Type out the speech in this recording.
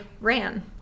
ran